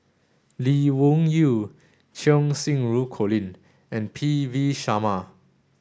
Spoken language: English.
Lee Wung Yew Cheng Xinru Colin and P V Sharma